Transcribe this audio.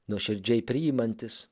nuoširdžiai priimantis